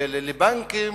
לבנקים,